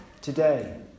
today